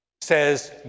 says